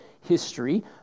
history